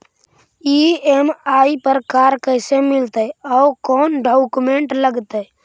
EMI पर car कैसे मिलतै औ कोन डाउकमेंट लगतै?